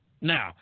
Now